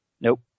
nope